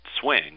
swing